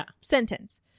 sentence